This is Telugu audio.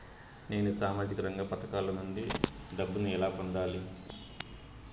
నేను సామాజిక రంగ పథకాల నుండి డబ్బుని ఎలా పొందాలి?